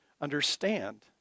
understand